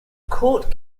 court